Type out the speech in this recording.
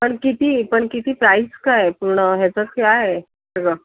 पण किती पण किती प्राईज काय पूर्ण ह्याचं काय सगळं